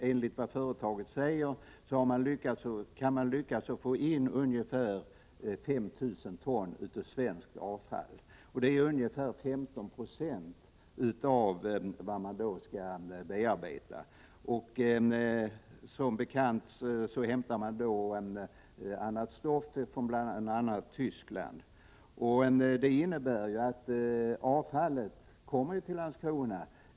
Enligt företagets egna uppgifter kan man lyckas få in ungefär 5 000 ton svenskt avfall. Det är ca 15 96 av vad man kan bearbeta. Som bekant hämtar man då annat stoft, bl.a. från Tyskland. Detta innebär att avfallet kommer till Landskrona.